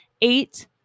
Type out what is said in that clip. Eight